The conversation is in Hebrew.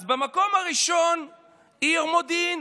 אז במקום הראשון העיר מודיעין,